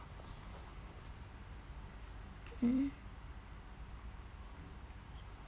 mmhmm